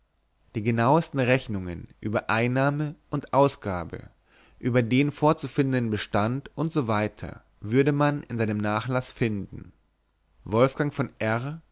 die genauesten rechnungen über einnahme und ausgabe über den vorzufindenden bestand u s w würde man in seinem nachlaß finden wolfgang von r